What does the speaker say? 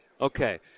Okay